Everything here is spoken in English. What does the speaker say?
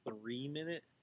three-minute